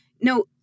no